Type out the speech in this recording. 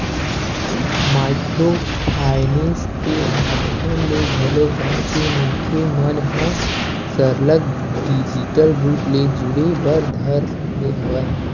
micro finance के माधियम ले घलो गाँव के मनखे मन ह सरलग डिजिटल रुप ले जुड़े बर धर ले हवय